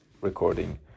recording